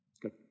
Good